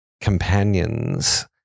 companions